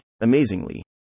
Amazingly